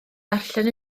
darllen